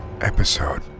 Episode